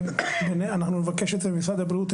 אנחנו נבקש את זה ממשרד הבריאות,